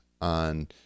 on